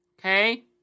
Okay